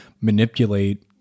manipulate